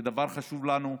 זה דבר שחשוב לנו,